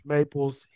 Maples